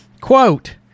Quote